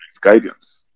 guidance